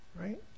right